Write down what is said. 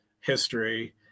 history